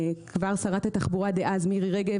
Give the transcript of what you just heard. שרת התחבורה דאז מירי רגב,